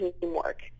teamwork